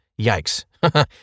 Yikes